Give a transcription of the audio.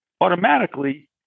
automatically